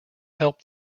helped